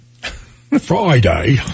Friday